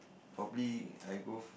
probably I go